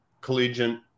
collegiate